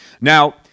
Now